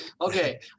Okay